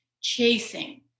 chasing